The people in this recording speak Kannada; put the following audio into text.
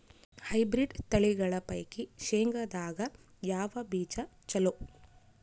ಹೈಬ್ರಿಡ್ ತಳಿಗಳ ಪೈಕಿ ಶೇಂಗದಾಗ ಯಾವ ಬೀಜ ಚಲೋ?